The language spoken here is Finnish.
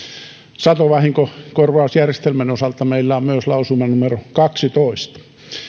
satovahinkokorvausjärjestelmän osalta meillä on myös lausuma numero kaksitoista